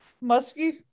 Musky